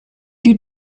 due